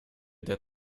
der